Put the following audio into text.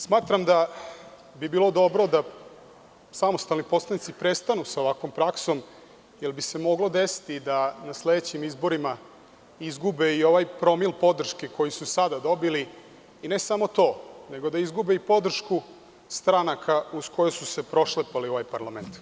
Smatram da bi bilo dobro da samostalni poslanici prestanu sa ovakvom praksom, jer bi se moglo desiti da na sledećim izborima izgube i ovaj promil podrške koji su sada dobili i ne samo to, nego da izgube i podršku stranaka uz koje su se prošlepali u ovaj parlament.